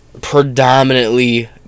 predominantly